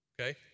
okay